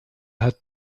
hat